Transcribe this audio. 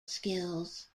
skills